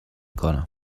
کنم